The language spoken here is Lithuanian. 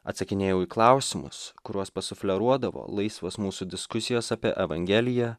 atsakinėjau į klausimus kuriuos pasufleruodavo laisvos mūsų diskusijos apie evangeliją